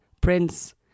Prince